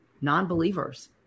non-believers